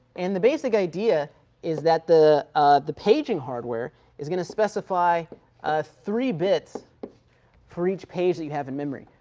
and the basic idea is that the the paging hardware is going to specify three bits for each page that you have in memory,